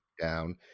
down